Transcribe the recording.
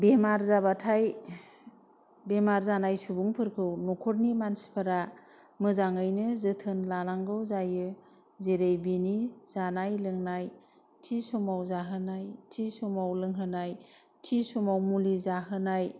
बेमार जाबाथाय बेमार जानाय सुबुंफोरखौ न'खरनि मानसिफोरा मोजाङैनो जोथोन लानांगौ जायो जेरै बेनि जानाय लोंनाय थि समाव जाहोनाय थि समाव लोंहोनाय थि समाव मुलि जाहोनाय